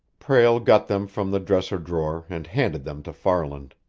prale got them from the dresser drawer and handed them to farland.